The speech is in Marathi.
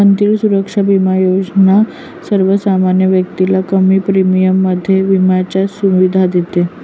मंत्री सुरक्षा बिमा योजना सर्वसामान्य व्यक्तीला कमी प्रीमियम मध्ये विम्याची सुविधा देते